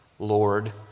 Lord